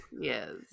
Yes